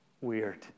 weird